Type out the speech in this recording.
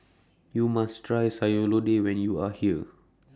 YOU must Try Sayur Lodeh when YOU Are here